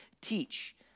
teach